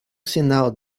sinal